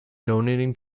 donating